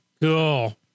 Cool